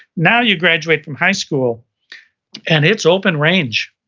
now, you graduate from high school and it's open range.